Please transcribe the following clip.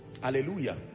hallelujah